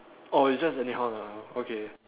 oh it's just anyhow ah okay